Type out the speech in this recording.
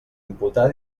imputar